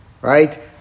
right